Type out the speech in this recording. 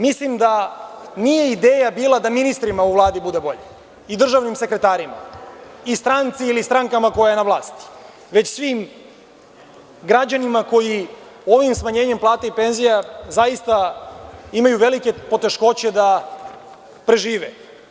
Mislim da nije ideja bila da ministrima u Vladi bude bolje i državnim sekretarima i stranci ili strankama koja je na vlasti, već svim građanima koji ovim smanjenjem plata i penzija zaista imaju velike poteškoće da prežive.